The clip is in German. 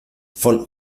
von